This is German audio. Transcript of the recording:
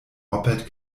moped